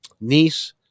niece